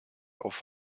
auf